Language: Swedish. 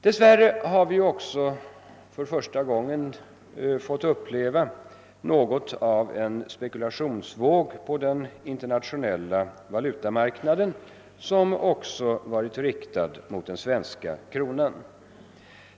Dessvärre har vi också på den internationella valutamark naden för första gången fått uppleva något av en spekulationsvåg som varit riktad mot den svenska kronan.